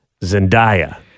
zendaya